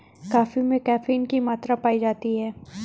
coffee में caffeine की मात्रा पाई जाती है